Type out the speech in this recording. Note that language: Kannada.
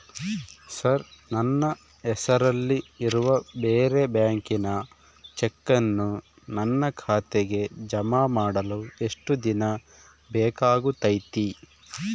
ಸರ್ ನನ್ನ ಹೆಸರಲ್ಲಿ ಇರುವ ಬೇರೆ ಬ್ಯಾಂಕಿನ ಚೆಕ್ಕನ್ನು ನನ್ನ ಖಾತೆಗೆ ಜಮಾ ಮಾಡಲು ಎಷ್ಟು ದಿನ ಬೇಕಾಗುತೈತಿ?